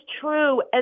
true